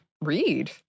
read